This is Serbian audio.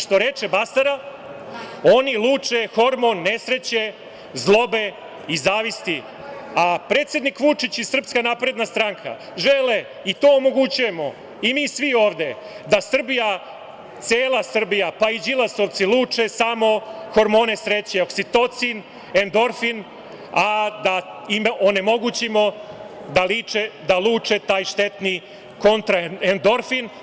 Što reče Basara - oni luče hormon nesreće, zlobe i zavisti, a predsednik Vučić i SNS žele i to omogućujemo i svi mi ovde da Srbija, cela Srbija, pa i Đilasovci luče samo hormone sreće, oksitocin, endorfin, a da im onemogućimo da luče taj štetni kontraerdorfin.